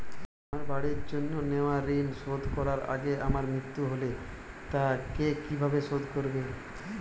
আমার বাড়ির জন্য নেওয়া ঋণ শোধ করার আগে আমার মৃত্যু হলে তা কে কিভাবে শোধ করবে?